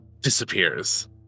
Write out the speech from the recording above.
disappears